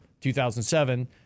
2007